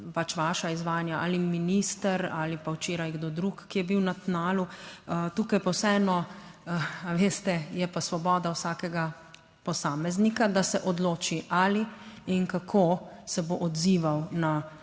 pač vaša izvajanja, ali minister ali pa včeraj kdo drug, ki je bil na tnalu tukaj, pa vseeno, a veste, je pa svoboda vsakega posameznika, da se odloči, ali in kako se bo odzival na